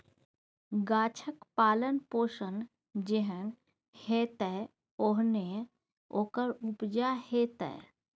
गाछक पालन पोषण जेहन हेतै ओहने ओकर उपजा हेतै